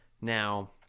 Now